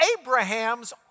Abraham's